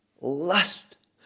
lust